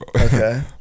Okay